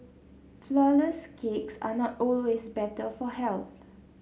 flourless cakes are not always better for health